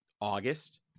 August